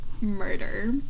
murder